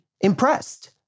impressed